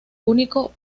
único